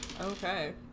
Okay